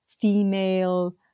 female